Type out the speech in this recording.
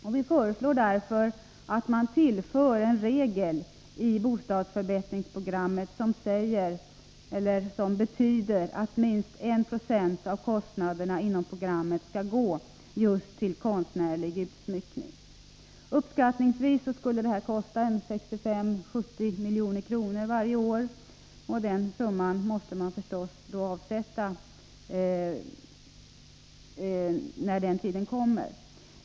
Vpk föreslår därför att man tillför en regel i bostadsförbättringsprogrammet som betyder att minst 1 20 av kostnaderna inom programmet skall gå till konstnärlig utsmyckning. Uppskattningsvis skulle detta kosta 65-70 milj.kr. varje år, och den summan måste alltså avsättas när den tiden kommer.